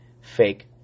fake